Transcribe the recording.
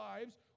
lives